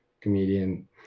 comedian